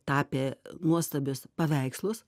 tapė nuostabius paveikslus